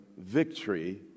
victory